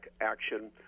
action